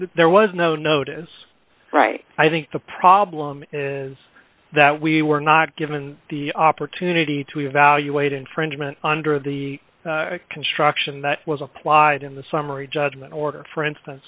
there was no notice right i think the problem is that we were not given the opportunity to evaluate infringement under the construction that was applied in the summary judgment order for instance